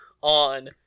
on